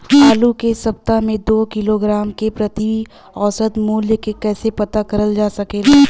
आलू के सप्ताह में दो किलोग्राम क प्रति औसत मूल्य क कैसे पता करल जा सकेला?